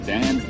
Dan